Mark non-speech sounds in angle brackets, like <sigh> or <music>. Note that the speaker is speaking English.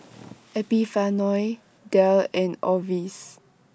<noise> Epifanio Dayle and Orvis